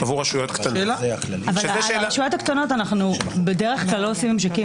רשויות קטנות אנחנו בדרך כלל לא עושים ממשקים.